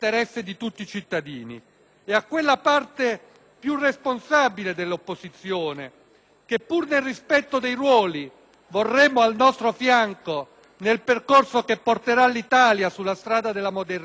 che, pur nel rispetto dei ruoli, vorremmo al nostro fianco nel percorso che porterà l'Italia sulla strada per la modernità, a quell'opposizione chiediamo di uscire oggi dall'ipocrisia,